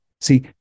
See